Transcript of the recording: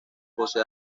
posee